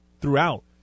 throughout